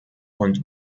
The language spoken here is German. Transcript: und